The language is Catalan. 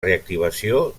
reactivació